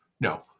no